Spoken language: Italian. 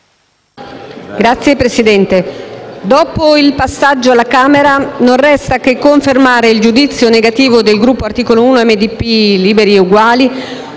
Signor Presidente, dopo il passaggio alla Camera non resta che confermare il giudizio negativo del Gruppo Articolo 1 - MDP - Liberi e Uguali